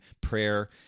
prayer